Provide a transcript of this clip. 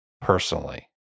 personally